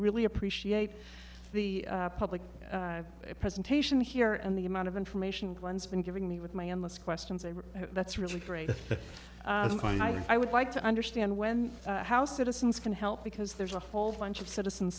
really appreciate the public presentation here and the amount of information one's been giving me with my endless questions that's really great but i would like to understand when how citizens can help because there's a whole bunch of citizen